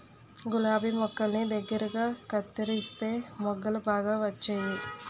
గులాబి మొక్కల్ని దగ్గరగా కత్తెరిస్తే మొగ్గలు బాగా వచ్చేయి